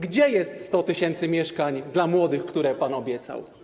Gdzie jest 100 tys. mieszkań dla młodych, które pan obiecał?